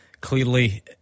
Clearly